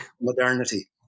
modernity